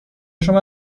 شما